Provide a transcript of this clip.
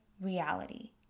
reality